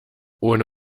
ohne